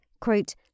quote